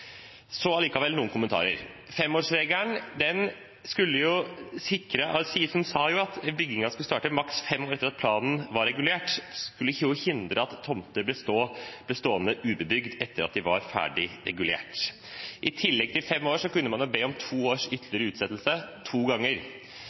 Så noen kommentarer likevel: Femårsregelen skulle sikre at byggingen startet maks fem år etter at planen var vedtatt, og den skulle hindre at tomter ble stående ubebygd etter at de var ferdig regulert. I tillegg til fem år kunne man be om to års